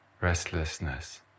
restlessness